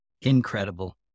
Incredible